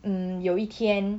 mm 有一天